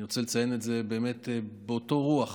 אני רוצה לציין את זה באמת באותה רוח,